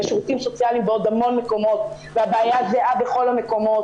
יש שירותים סוציאליים בעוד המון מקומות והבעיה זהה בכל המקומות,